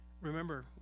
Remember